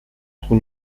trou